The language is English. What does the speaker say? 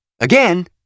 Again